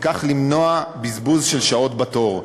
וכך למנוע בזבוז של שעות בתורים.